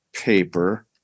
paper